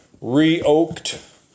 re-oaked